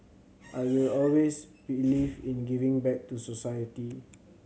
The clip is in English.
I will always believe in giving back to society